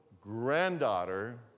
granddaughter